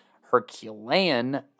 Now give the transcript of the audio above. Herculean